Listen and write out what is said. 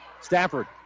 Stafford